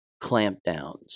clampdowns